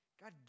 God